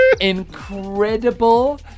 incredible